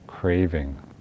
craving